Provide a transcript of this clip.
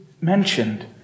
mentioned